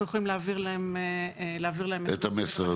אנחנו יכולים להעביר להם את המסר.